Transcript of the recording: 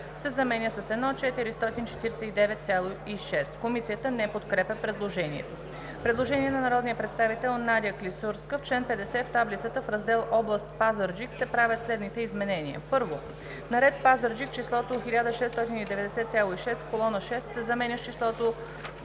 се заменя с „1 449,6“.“ Комисията не подкрепя предложението. Предложение на народния представител Надя Спасова Клисурска-Жекова: „В чл. 50 в таблицата, в раздел област Пазарджик се правят следните изменения: 1. на ред Пазарджик числото „1690,6“ в колона 6 се заменя с числото